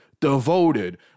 devoted